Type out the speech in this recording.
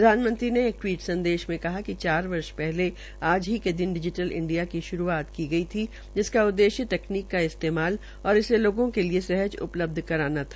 प्रधानमंत्री ने एक टवीट संदेश में कहा हैकि चार वर्ष प्रहले आज की के दिन डिजीटल इंडिया की श्रूआत की गई थी जिसका उद्देश्य तकनीक का इस्तेमाल और इसे लोगों के लिये सहज उ लब्ध कराना था